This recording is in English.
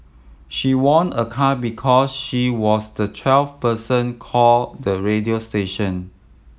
she won a car because she was the twelfth person call the radio station